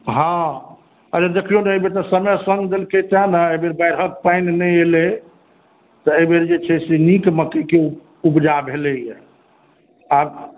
हॅं अच्छा देखियौ ने एहिबेर समय सङ्ग देलकै सएह ने एहिबेर बाढ़िक पानि नहि एलै तऽ एहिबेर जे छै से नीक उपजा भेलैया आर